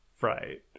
right